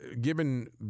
given